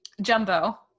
jumbo